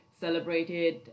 celebrated